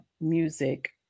music